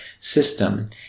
system